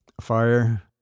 fire